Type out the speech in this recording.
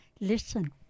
listen